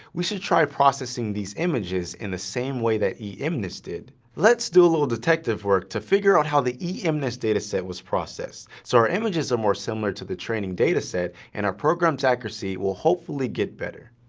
we should try processing these images in the same way that emnist did. let's do a little detective work to figure out how the emnist dataset was processed, so our images are more similar to the training dataset, and our program's accuracy will hopefully get better.